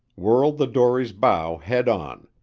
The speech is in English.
whirled the dory's bow head on.